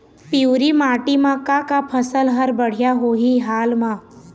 पिवरी माटी म का का फसल हर बढ़िया होही हाल मा?